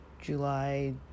July